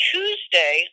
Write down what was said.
Tuesday